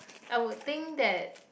I would think that